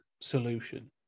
solution